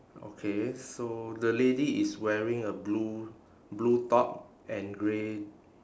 okay so the lady is wearing a blue blue top and grey